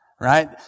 right